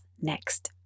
next